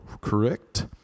correct